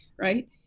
right